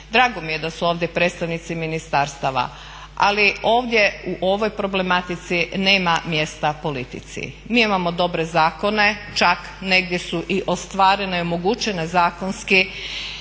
Drago mi je da su ovdje predstavnici ministarstava, ali ovdje u ovoj problematici nema mjesta politici. Mi imamo dobre zakone, čak negdje su i ostvarene i omogućene zakonski